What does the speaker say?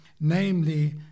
namely